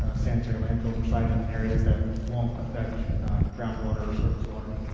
ah sanitary landfills are sited in areas that won't affect groundwater or surface water.